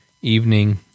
evening